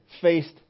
faced